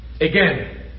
Again